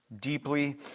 deeply